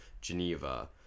Geneva